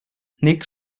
nick